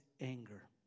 anger